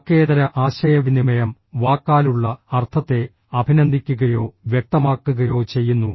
വാക്കേതര ആശയവിനിമയം വാക്കാലുള്ള അർത്ഥത്തെ അഭിനന്ദിക്കുകയോ വ്യക്തമാക്കുകയോ ചെയ്യുന്നു